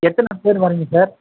எத்தனை பேர் வரிங்க சார்